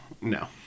No